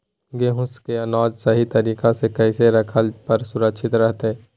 गेहूं के अनाज सही तरीका से कैसे रखला पर सुरक्षित रहतय?